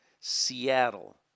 Seattle